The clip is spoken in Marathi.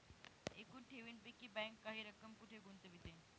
एकूण ठेवींपैकी बँक काही रक्कम कुठे गुंतविते?